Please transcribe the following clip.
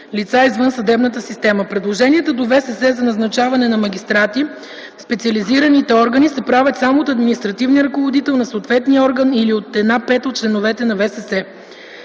лица извън съдебната система. Предложенията до Висшия съдебен съвет за назначаване на магистрати в специализираните органи се правят само от административния ръководител на съответния орган или от 1/5 от членовете на ВСС.